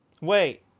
Wait